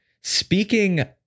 speaking